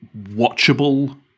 watchable